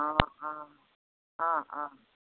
অঁ অঁ অঁ অঁ